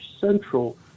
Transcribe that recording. central